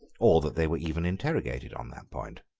or that they were even interrogated on that point.